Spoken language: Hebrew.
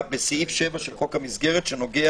בסעיף 7 של חוק המסגרת שנוגע